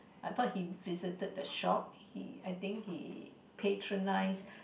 I thought he visited the shop he I think he patronize